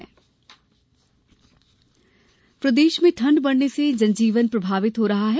मौसम प्रदेश में ठंड बढ़ने से जनजीवन प्रभावित हो रहा है